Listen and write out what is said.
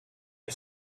you